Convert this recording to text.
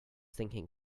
thinking